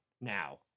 now